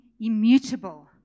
immutable